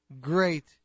great